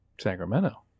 Sacramento